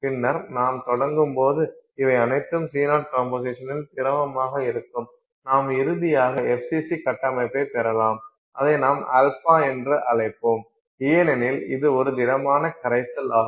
பின்னர் நாம் தொடங்கும்போது இவை அனைத்தும் C0 கம்போசிஷனில் திரவமாக இருக்கும் நாம் இறுதியாக FCC கட்டமைப்பை பெறலாம் அதை நாம் α என்று அழைப்போம் ஏனெனில் இது ஒரு திடமான கரைசல் ஆகும்